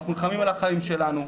אנחנו נלחמים על החיים שלנו,